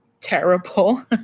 terrible